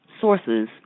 sources